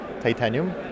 titanium